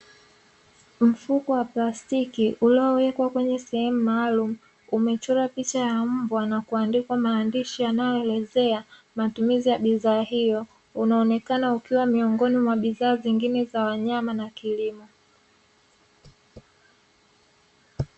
Mfuko wa plastiki uliowekwa kwenye sehemu maalumu, umechorwa picha ya mbwa na kuandikwa maandishi yanayoelezea matumizi ya bidhaa hiyo, unaonekena ukiwa miongoni mwa bidhaa zingine za wanyama na kilimo.